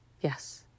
Yes